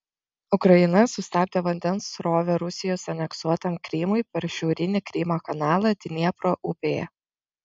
ukraina sustabdė vandens srovę rusijos aneksuotam krymui per šiaurinį krymo kanalą dniepro upėje